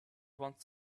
wants